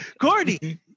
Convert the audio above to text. Cordy